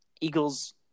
Eagles